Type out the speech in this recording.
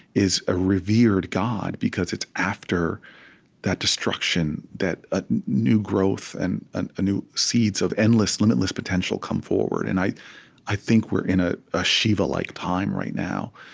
is a revered god, because it's after that destruction that ah new growth and and new seeds of endless, limitless potential come forward. and i i think we're in ah a shiva-like time right now,